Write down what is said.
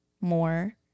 more